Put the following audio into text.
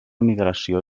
migració